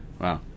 Wow